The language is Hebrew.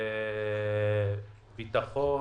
ביטחון,